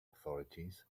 authorities